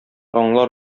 аңлар